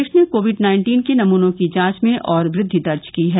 देश ने COVID nineteen के नमूनों की जांच में और वृद्धि दर्ज की है